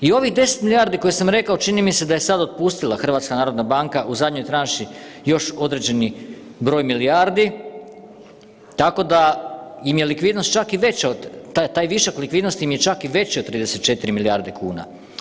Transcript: I ovih 10 milijardi koje sam rekao čini mi se da je sada otpustila HNB u zadnjoj tranši još određeni broj milijardi, tako da im je likvidnost čak i veća od, taj višak likvidnosti im je čak i veći od 34 milijarde kuna.